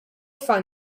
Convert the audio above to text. find